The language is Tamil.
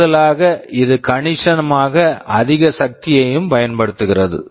கூடுதலாக இது கணிசமாக அதிக சக்தியையும் பயன்படுத்துகிறது